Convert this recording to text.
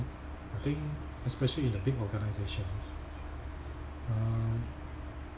I think especially in a big organisation uh